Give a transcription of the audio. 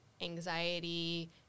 anxiety